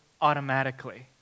automatically